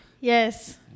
yes